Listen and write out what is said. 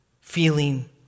feeling